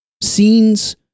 Scenes